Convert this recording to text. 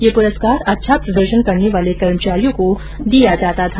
ये पुरस्कार अच्छा प्रदर्शन करने वाले कर्मचारियों को दिया जाता था